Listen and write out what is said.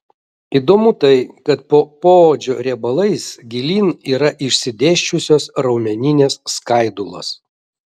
įdomu tai kad po poodžio riebalais gilyn yra išsidėsčiusios raumeninės skaidulos